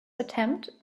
attempt